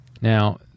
Now